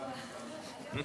היום תחסוך ממני.